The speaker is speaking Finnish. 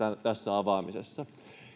tässä avaamisessa